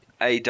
AW